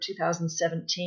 2017